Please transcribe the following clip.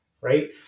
right